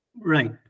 Right